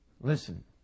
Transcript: Listen